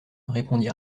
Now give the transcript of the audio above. répondit